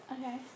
Okay